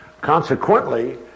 Consequently